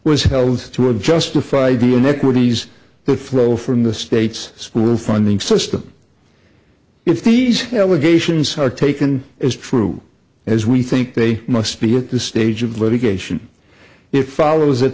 was held to would justify the inequities to throw from the state's school funding system if these allegations are taken as true as we think they must be at this stage of litigation it follows